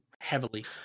heavily